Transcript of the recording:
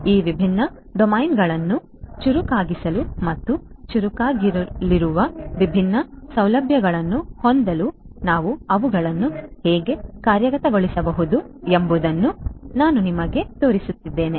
ಈ ವಿಭಿನ್ನ ಡೊಮೇನ್ಗಳನ್ನು ಚುರುಕಾಗಿಸಲು ಮತ್ತು ಚುರುಕಾಗಿರಲಿರುವ ವಿಭಿನ್ನ ಸೌಲಭ್ಯಗಳನ್ನು ಹೊಂದಲು ನಾವು ಅವುಗಳನ್ನು ಹೇಗೆ ಕಾರ್ಯಗತಗೊಳಿಸಬಹುದು ಎಂಬುದನ್ನು ನಾನು ನಿಮಗೆ ತೋರಿಸುತ್ತಿದ್ದೇನೆ